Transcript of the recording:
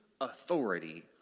authority